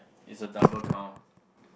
is a double count